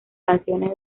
canciones